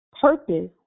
purpose